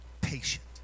patient